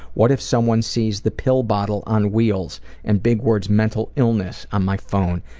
what if someone sees the pill bottle on wheels and big words mental illness on my phone.